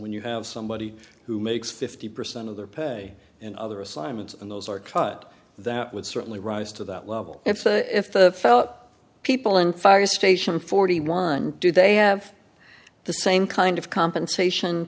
when you have somebody who makes fifty percent of their pay and other assignments and those are cut that would certainly rise to that level and if the fell people in fire station forty one do they have the same kind of compensation